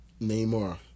Neymar